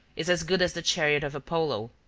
is as good as the chariot of apollo.